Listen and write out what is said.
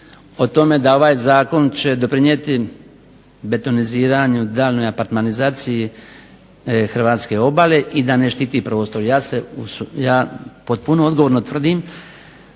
o tome da ovaj zakon će doprinijeti betoniziranju i daljnje apartmanizacije hrvatske obale i da ne štiti prostor. Ja potpuno odgovorno tvrdim